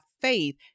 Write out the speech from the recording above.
faith